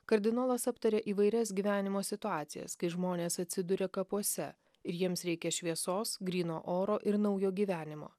kardinolas aptarė įvairias gyvenimo situacijas kai žmonės atsiduria kapuose ir jiems reikia šviesos gryno oro ir naujo gyvenimo